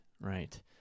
right